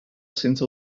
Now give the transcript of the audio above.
senza